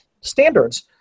standards